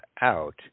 out